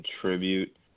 contribute